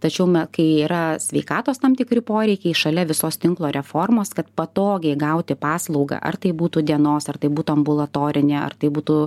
tačiau me kai yra sveikatos tam tikri poreikiai šalia visos tinklo reformos kad patogiai gauti paslaugą ar tai būtų dienos ar tai būtų ambulatorinė ar tai būtų